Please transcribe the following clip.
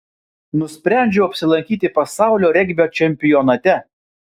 nusprendžiau apsilankyti pasaulio regbio čempionate